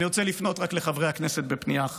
אני רוצה לפנות רק לחברי הכנסת בפנייה אחת: